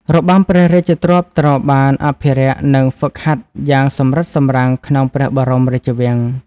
របាំព្រះរាជទ្រព្យត្រូវបានអភិរក្ស និងហ្វឹកហាត់យ៉ាងសម្រិតសម្រាំងក្នុងព្រះបរមរាជវាំង។